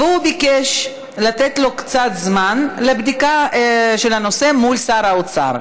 והוא ביקש לתת לו קצת זמן לבדיקה של הנושא מול שר האוצר,